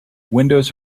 windows